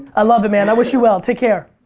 i love it, man. i wish you well. take care.